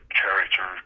character